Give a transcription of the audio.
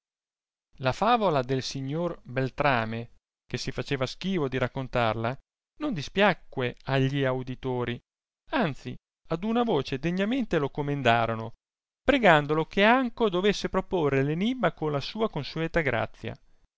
la favola del signor beltrame che si faceva schivo di raccontarla non dispiacque a gli auditori anzi ad una voce degnamente la comendarono pregandolo che anco dovesse proporre l'enimma con la sua consueta grazia